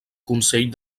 consell